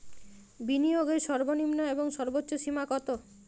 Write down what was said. বিনিয়োগের সর্বনিম্ন এবং সর্বোচ্চ সীমা কত?